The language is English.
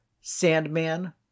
Sandman